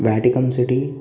Vatican city